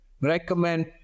recommend